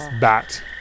bat